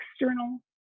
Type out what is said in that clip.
external